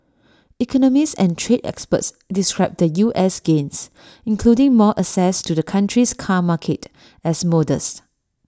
economists and trade experts described the U S gains including more access to the country's car market as modest